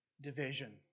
division